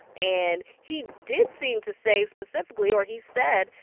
and he did seem to say specifically or he said,